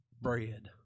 bread